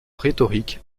rhétorique